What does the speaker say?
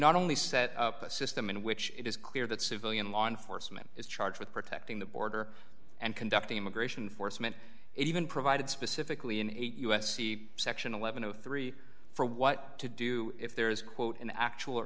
not only set up a system in which it is clear that civilian law enforcement is charged with protecting the border and conducting immigration foresman it even provided specifically an eight u s c section eleven of three for what to do if there is quote an actual